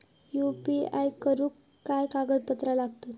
UPI करुक काय कागदपत्रा लागतत?